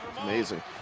Amazing